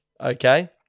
Okay